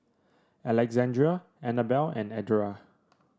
Alexandria Anabelle and Edra